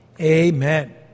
Amen